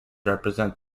represent